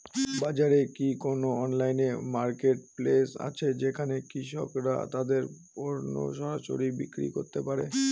বাজারে কি কোন অনলাইন মার্কেটপ্লেস আছে যেখানে কৃষকরা তাদের পণ্য সরাসরি বিক্রি করতে পারে?